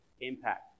impact